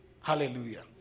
hallelujah